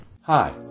Hi